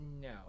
No